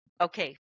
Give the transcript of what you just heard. okay